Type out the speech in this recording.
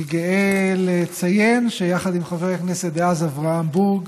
אני גאה לציין שיחד עם חבר הכנסת דאז אברהם בורג,